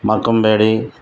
మక్కంబేడి